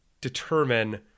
determine